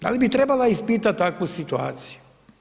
Da li bi trebala ispitati ovakvu situaciju?